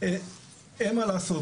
אין מה לעשות,